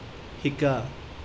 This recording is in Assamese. শিকা